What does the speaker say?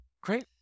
Great